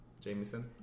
Jameson